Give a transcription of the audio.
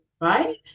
right